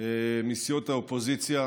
מסיעות האופוזיציה